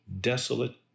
desolate